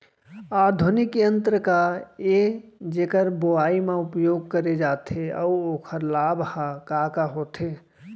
आधुनिक यंत्र का ए जेकर बुवाई म उपयोग करे जाथे अऊ ओखर लाभ ह का का होथे?